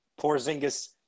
Porzingis